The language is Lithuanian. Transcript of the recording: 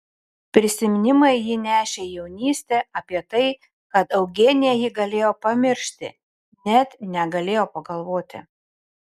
prisiminimai jį nešė į jaunystę apie tai kad eugenija jį galėjo pamiršti net negalėjo pagalvoti